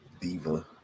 Diva